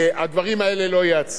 עכשיו, היתה פה איזה אמירה,